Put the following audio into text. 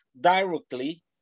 directly